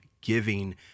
giving